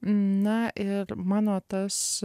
na ir mano tas